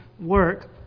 work